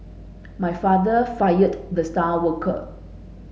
my father fired the star worker